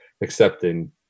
accepting